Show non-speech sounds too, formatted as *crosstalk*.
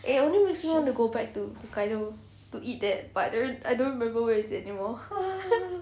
it only makes me want to go back to hokkaido to eat that but then I don't remember where is it anymore *laughs*